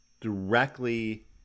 directly